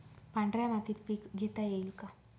पांढऱ्या मातीत पीक घेता येईल का?